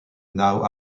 now